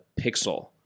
Pixel